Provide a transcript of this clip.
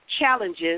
Challenges